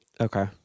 Okay